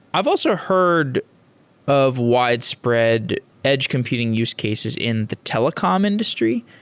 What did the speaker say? i've also heard of widespread edge computing use cases in the telecom industry.